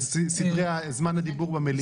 את סדרי זמן הדיבור במליאה.